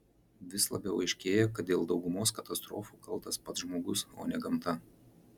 vis labiau aiškėja kad dėl daugumos katastrofų kaltas pats žmogus o ne gamta